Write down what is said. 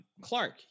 Clark